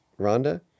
Rhonda